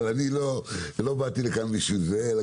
אבל לא באתי לכאן בשביל זה.